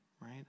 right